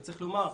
צריך לומר,